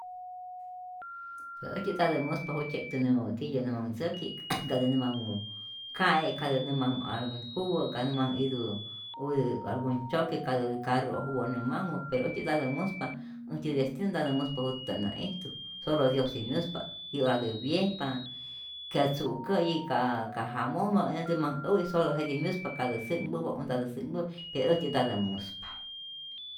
Pe äjtyä ntatä muspa jujtzye'ktä y tityä nä manh ntzäki', katä nä manh ka'e, katä nä manh algun juwä', ka nä manh iti idä algun choque, katä karru'oj juwä nä manhu, pero äjtyä ntatä muspa, äjtyä destino ntatä muspa jutztä nä ijtu, solo diosij myuspa ti'oratä wyejpa, ka tzu'kä'yi, ka ka jamojmä, näntä manh äwi' solo jetij myuspa katä su'nhpäpa o ntatä su'nhpäpä, pe äjtyä ntatä muspa.